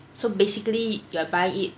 so basically you are buy it